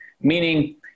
meaning